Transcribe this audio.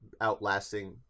outlasting